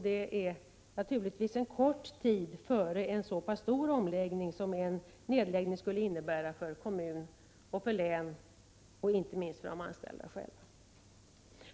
Det är en kort tid före en så pass stor omläggning som en nedläggning skulle innebära för kommun och län och inte minst för de anställda själva.